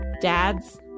Dads